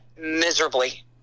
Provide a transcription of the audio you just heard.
miserably